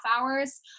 hours